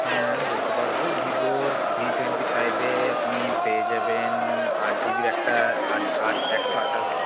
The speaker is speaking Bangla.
হ্যাঁ বলতে পারব ভিভোর ভি টোয়েন্টি ফাইভে আপনি পেয়ে যাবেন আট জিবির একটা আট আট একশো আঠাশ